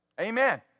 Amen